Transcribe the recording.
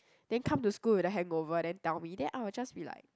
then come to school with the hangover then tell me then I'll just be like